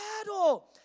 battle